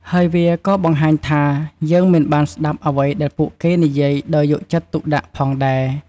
ហើយវាក៏៏បង្ហាញថា យើងមិនបានស្តាប់អ្វីដែលពួកគេនិយាយដោយយកចិត្តទុកដាក់ផងដែរ។